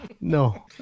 No